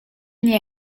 nie